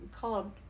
called